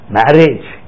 marriage